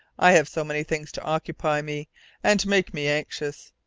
i have so many things to occupy me and make me anxious.